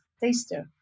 taster